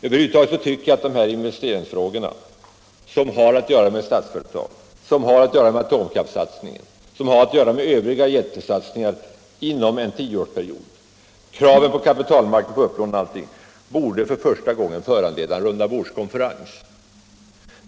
Över huvud taget tycker jag att dessa investeringsfrågor som har att göra med Statsföretag, atomkraftssatsningen och övriga jättesatsningar inom en tioårsperiod, med de anspråk på kapitalmarknaden som de kommer att medföra, för första gången borde föranleda en rundabordskonferens.